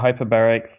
hyperbaric